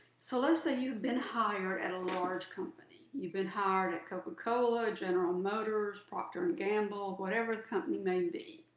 so let's say you've been hired at a large company. you've been hired at coca-cola, general motors, procter and gamble, whatever the company may be.